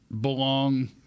belong